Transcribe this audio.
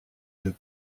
deux